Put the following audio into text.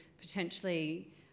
potentially